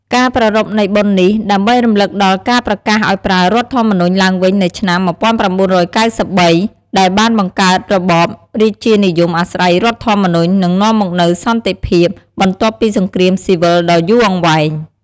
ការប្រារព្ធនៃបុណ្យនេះ ដើម្បីរំលឹកដល់ការប្រកាសឱ្យប្រើរដ្ឋធម្មនុញ្ញឡើងវិញនៅឆ្នាំ ១៩៩៣ ដែលបានបង្កើតរបបរាជានិយមអាស្រ័យរដ្ឋធម្មនុញ្ញ និងនាំមកនូវសន្តិភាព បន្ទាប់ពីសង្គ្រាមស៊ីវិលដ៏យូរអង្វែង។